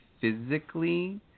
physically